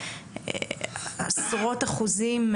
עשרות אחוזים,